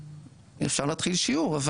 אפשר להתחיל שיעור.